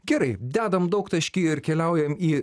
gerai dedam daugtaškį ir keliaujame į